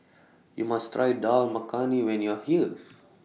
YOU must Try Dal Makhani when YOU Are here